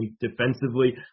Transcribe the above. defensively